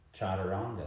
Chaturanga